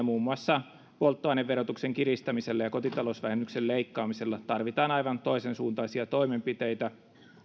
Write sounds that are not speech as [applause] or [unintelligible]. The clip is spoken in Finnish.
[unintelligible] muun muassa polttoaineverotuksen kiristämisellä ja kotitalousvähennyksen leikkaamisella tarvitaan aivan toisensuuntaisia toimenpiteitä